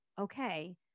okay